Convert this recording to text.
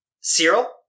Cyril